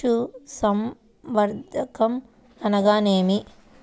పశుసంవర్ధకం అనగా ఏమి?